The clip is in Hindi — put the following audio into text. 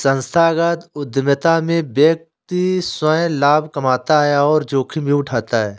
संस्थागत उधमिता में व्यक्ति स्वंय लाभ कमाता है और जोखिम भी उठाता है